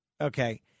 okay